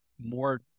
more